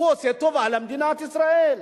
הוא עושה טובה למדינת ישראל.